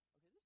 okay